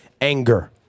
anger